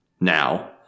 now